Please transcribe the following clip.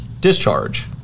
discharge